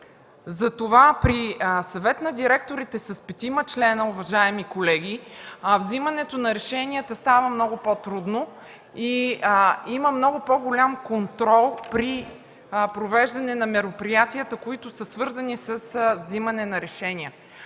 Затова при Съвет на директорите с петима членове, уважаеми колеги, вземането на решенията става много по-трудно и има много по-голям контрол при провеждане на мероприятията, свързани с вземане на решения.